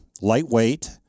lightweight